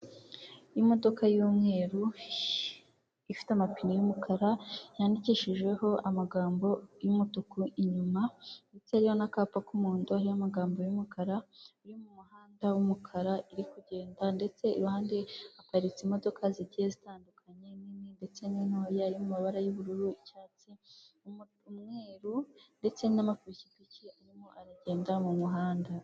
Imodoka y'umweru ifite amapine y'umukara yandikishijeho amagambo y'umutuku inyuma ndetse hariho n'akapa k'umuhondo hariho n'amagambo y'umukara, iri mu muhanda w'umukara iri kugenda ndetse iruhanda haparitse imodoka zigiye zitandukanye inini ndetse n'intoya iri mu mabara y'ubururu, icyatsi, umweru ndetse n'amapikipiki arimo aragenda mu muhanda.